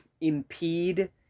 impede